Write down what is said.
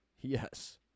Yes